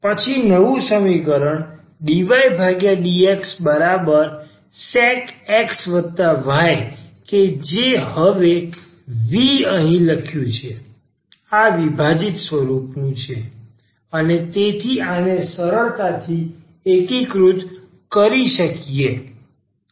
પછી નવું સમીકરણ dydxsec xy કે જે હવે v અહીં લખ્યું છે આ વિભાજીત સ્વરૂપ છે અને તેથી આને સરળતાથી એકીકૃત કરી શકીએ